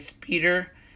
Peter